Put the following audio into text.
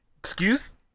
Excuse